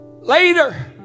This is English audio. later